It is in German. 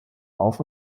auf